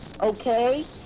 Okay